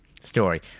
story